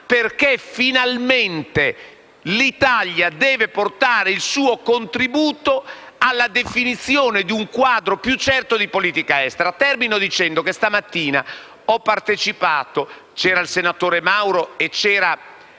perché finalmente l'Italia deve portare il suo contributo alla definizione di un quadro più certo di politica estera. Concludo dicendo che stamattina ho partecipato, insieme al senatore Mauro e